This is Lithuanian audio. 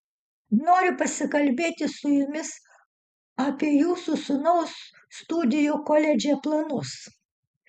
noriu pasikalbėti su jumis apie jūsų sūnaus studijų koledže planus